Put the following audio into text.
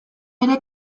ere